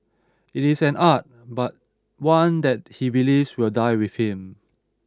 it is an art but one that he believes will die with him